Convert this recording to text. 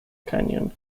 canyon